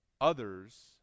others